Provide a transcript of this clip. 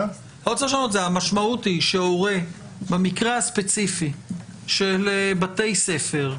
המשמעות היא שהורה במקרה הספציפי של בתי ספר,